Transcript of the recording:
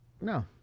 no